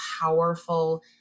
powerful